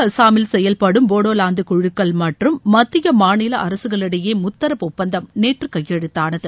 அஸ்ஸாமில் செயல்படும் போடாலாந்து குழுக்கள் மற்றும் மத்திய அரசுகளிடையே முத்தரப்பு ஒப்பந்தம் நேற்று கையெழுத்தானது